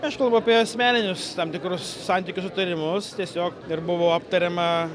aš kalbu apie asmeninius tam tikrus santykius sutarimus tiesiog ir buvo aptariama